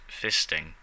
fisting